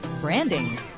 branding